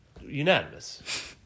unanimous